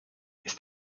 ist